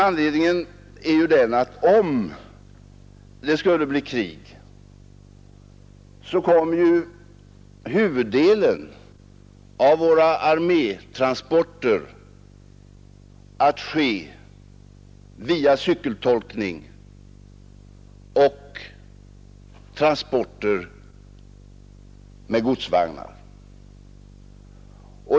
Anledningen är den att om det skulle bli krig kommer huvuddelen av våra armétransporter att ske via cykeltolkning och med godsvagnar.